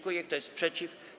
Kto jest przeciw?